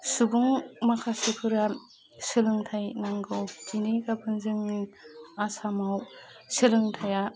सुबुं माखासेफोरा सोलोंथाइ नांगौ दिनै गाबोन जोङो आसामाव सोलोंथाइआ